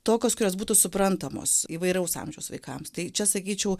tokios kurios būtų suprantamos įvairaus amžiaus vaikams tai čia sakyčiau